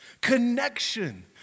connection